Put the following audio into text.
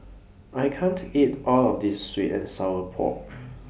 I can't eat All of This Sweet and Sour Pork